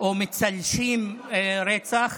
או מצל"שים רצח.